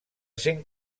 cent